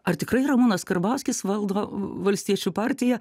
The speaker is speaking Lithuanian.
ar tikrai ramūnas karbauskis valdo valstiečių partiją